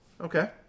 Okay